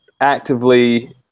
actively